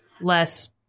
less